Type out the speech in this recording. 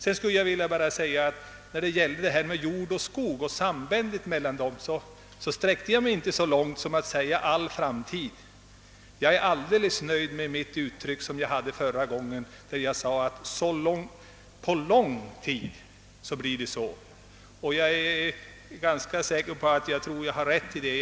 I fråga om sambandet mellan jord och skog sträckte jag mig inte så långt som till att säga »all framtid». Jag är helt nöjd med det uttryck jag tidigare använde, när jag sade att »på lång tid» blir det så. Jag är ganska säker på att jag har rätt i detta hänseende.